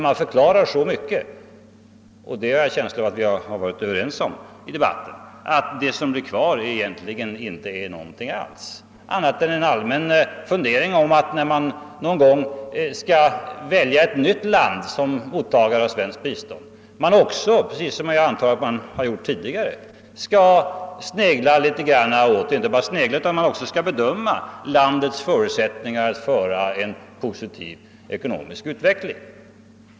Jag har en känsla av att vi varit överens om under debatten att det som blir kvar egentligen inte är så mycket annat än en allmän fundering om att när man någon gång skall välja ett nytt land som mottagare av svenskt bistånd man också skall bedöma landets förutsättningar för en positiv ekonomisk utveckling.